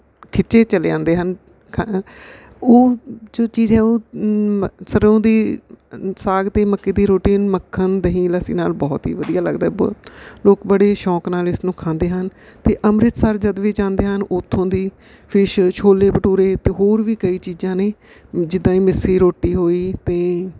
ਖਿੱਚੇ ਚਲੇ ਆਉਂਦੇ ਹਨ ਉਹ ਜੋ ਚੀਜ਼ ਹੈ ਉਹ ਸਰ੍ਹੋਂ ਦੇ ਸਾਗ ਅਤੇ ਮੱਕੀ ਦੀ ਰੋਟੀ ਮੱਖਣ ਦਹੀਂ ਲੱਸੀ ਨਾਲ ਬਹੁਤ ਹੀ ਵਧੀਆ ਲੱਗਦਾ ਬਹੁਤ ਲੋਕ ਬੜੇ ਸ਼ੌਂਕ ਨਾਲ ਇਸਨੂੰ ਖਾਂਦੇ ਹਨ ਅਤੇ ਅੰਮ੍ਰਿਤਸਰ ਜਦ ਵੀ ਜਾਂਦੇ ਹਨ ਉੱਥੋਂ ਦੀ ਫਿਸ਼ ਛੋਲੇ ਭਟੂਰੇ ਅਤੇ ਹੋਰ ਵੀ ਕਈ ਚੀਜ਼ਾਂ ਨੇ ਜਿੱਦਾਂ ਕਿ ਮਿੱਸੀ ਰੋਟੀ ਹੋਈ ਅਤੇ